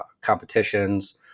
competitions